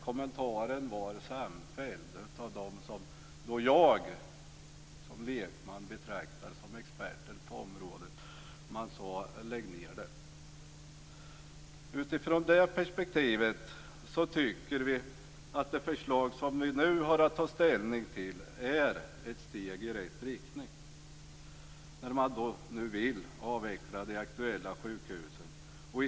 Kommentaren var samfälld från dem som jag som lekman betraktar som experter på området. De sade: Lägg ned dem! Utifrån det perspektivet tycker vi att det förslag som vi nu har att ta ställning till om att avveckla de aktuella sjukhusen är ett steg i rätt riktning.